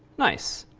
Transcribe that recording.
nice.